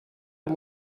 amb